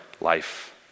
life